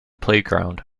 playground